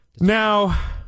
Now